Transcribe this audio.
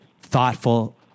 thoughtful